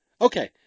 Okay